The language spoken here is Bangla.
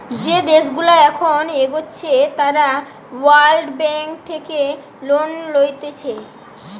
যে দেশগুলা এখন এগোচ্ছে তারা ওয়ার্ল্ড ব্যাঙ্ক থেকে লোন লইতেছে